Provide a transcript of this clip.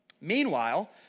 Meanwhile